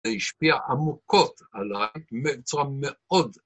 זה השפיע עמוקות עליי בצורה מאוד.